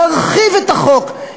להרחיב את החוק,